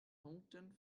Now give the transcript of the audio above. punkten